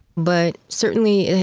but certainly,